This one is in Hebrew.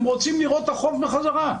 הם רוצים לראות את החוב בחזרה.